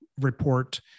report